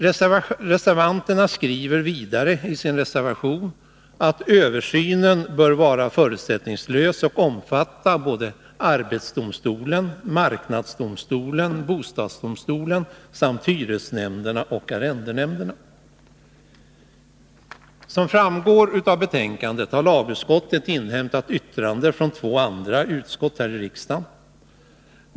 Reservanterna skriver vidare i sin reservation: ”Översynen bör vara förutsättningslös och omfatta arbetsdomstolen, marknadsdomstolen och bostadsdomstolen samt hyresnämnderna och arrendenämnderna.” Som framgår av utskottsbetänkandet har lagutskottet inhämtat yttranden från två andra utskott här i riksdagen.